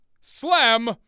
Slam